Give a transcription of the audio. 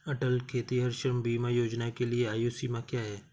अटल खेतिहर श्रम बीमा योजना के लिए आयु सीमा क्या है?